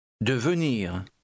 Devenir